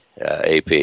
AP